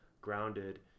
grounded